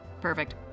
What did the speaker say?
Perfect